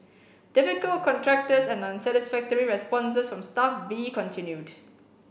difficult contractors and unsatisfactory responses from Staff B continued